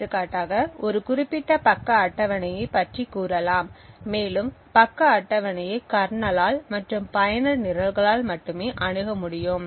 எடுத்துக்காட்டாக ஒரு குறிப்பிட்ட பக்க அட்டவணையைப் பற்றி கூறலாம் மேலும் பக்க அட்டவணையை கர்னலால் மற்றும் பயனர் நிரல்களால் மட்டுமே அணுக முடியும்